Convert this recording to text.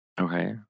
Okay